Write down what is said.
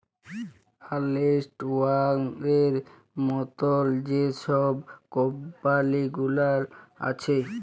আর্লেস্ট ইয়াংয়ের মতল যে ছব কম্পালি গুলাল আছে